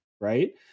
right